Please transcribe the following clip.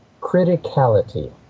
criticality